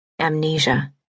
amnesia